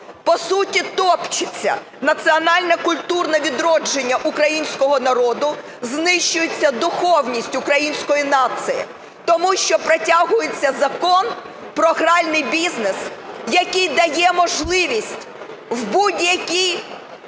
по суті, топчеться національно-культурне відродження українського народу, знищується духовність української нації. Тому що протягується Закон про гральний бізнес, який дає можливість в будь-якій